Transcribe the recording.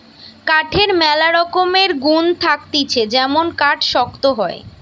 কাঠের ম্যালা রকমের গুন্ থাকতিছে যেমন কাঠ শক্ত হয়